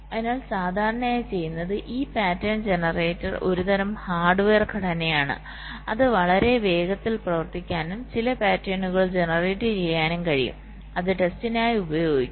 അതിനാൽ സാധാരണയായി ചെയ്യുന്നത് ഈ പാറ്റേൺ ജനറേറ്റർ ഒരുതരം ഹാർഡ്വെയർ ഘടനയാണ് അത് വളരെ വേഗത്തിൽ പ്രവർത്തിക്കാനും ചില പാറ്റേണുകൾ ജനറേറ്റ് ചെയ്യാനും കഴിയും അത് ടെസ്റ്റ്നായി ഉപയോഗിക്കും